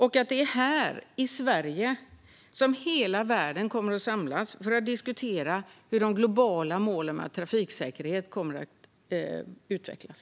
Det är här i Sverige som hela världen kommer att samlas för att diskutera hur de globala målen för trafiksäkerhet kommer att utvecklas.